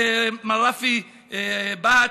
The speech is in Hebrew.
מר רפי בהט,